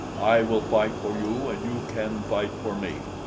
i will fight for you, and you can fight for me.